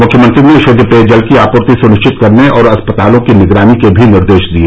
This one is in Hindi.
मुख्यमंत्री ने शुद्ध पेयजल की आपूर्ति सुनिश्चित करने और अस्पतालों की निगरानी के भी निर्देश दिए